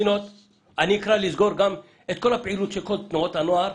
אני אקרא לסגור גם את כל הפעילות של כל תנועות הנוער,